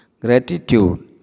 gratitude